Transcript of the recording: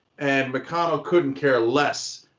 and mcconnell couldn't care less.